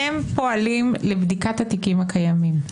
הם פועלים לבדיקת התיקים הקיימים,